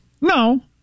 No